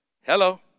Hello